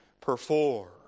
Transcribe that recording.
perform